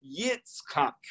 Yitzchak